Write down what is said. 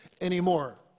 anymore